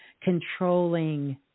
controlling